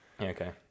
Okay